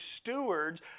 stewards